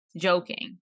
joking